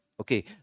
Okay